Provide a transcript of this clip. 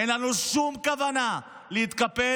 אין לנו שום כוונה להתקפל.